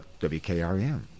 WKRM